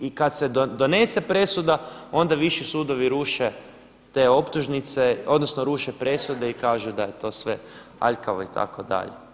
I kad se donese presuda onda viši sudovi ruše te optužnice, odnosno ruše presude i kažu da je to sve aljkavo itd.